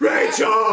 Rachel